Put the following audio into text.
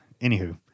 Anywho